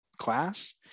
class